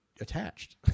attached